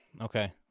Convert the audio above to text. okay